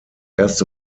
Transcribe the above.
erste